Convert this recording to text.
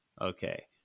Okay